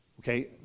Okay